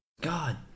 God